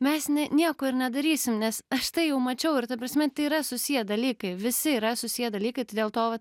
mes ne nieko ir nedarysim nes aš tai jau mačiau ir ta prasme tai yra susiję dalykai visi yra susiję dalykai tai dėl to vat